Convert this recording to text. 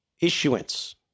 issuance